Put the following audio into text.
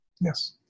Yes